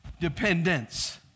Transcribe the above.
dependence